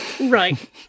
Right